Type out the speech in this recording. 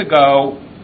ago